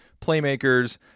playmakers